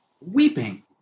weeping